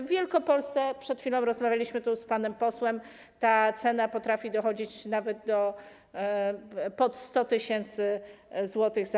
W Wielkopolsce - przed chwilą rozmawialiśmy tu z panem posłem - ta cena potrafi dochodzić nawet do 100 tys. zł/ha.